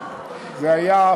זה היה פספוס קל.